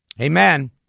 Amen